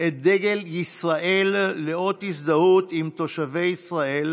את דגל ישראל לאות הזדהות עם תושבי ישראל,